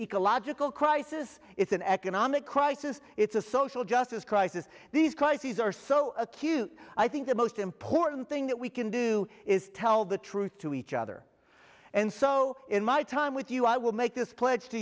ecological crisis it's an economic crisis it's a social justice crisis these crises are so acute i think the most important thing that we can do is tell the truth to each other and so in my time with you i will make this pledge to